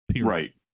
Right